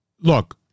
look